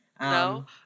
No